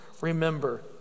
remember